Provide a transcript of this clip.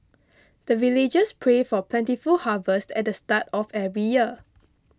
the villagers pray for plentiful harvest at the start of every year